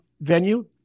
venue